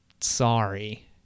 sorry